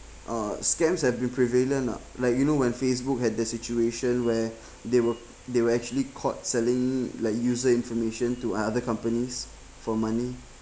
uh scams have been prevalent ah like you know when facebook had the situation where they were they were actually caught selling like user information to other companies for money